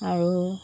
আৰু